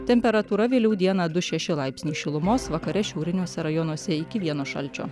temperatūra vėliau dieną du šeši laipsnių šilumos vakare šiauriniuose rajonuose iki vieno šalčio